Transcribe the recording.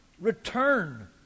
Return